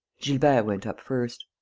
gilbert went up first.